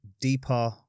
deeper